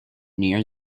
near